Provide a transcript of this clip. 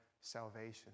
salvation